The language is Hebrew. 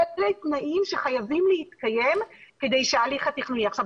אלה תנאים שחייבים להתקיים כדי שההליך התכנוני --- זה